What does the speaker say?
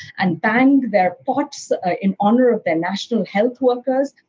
and bang their pots ah in honor of their national health workers.